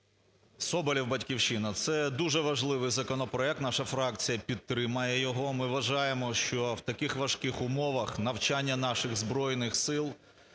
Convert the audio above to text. Соболєв, "Батьківщина". Це дуже важливий законопроект, наша фракція підтримає його. Ми вважаємо, що в таких важких умовах навчання наших Збройних Сил,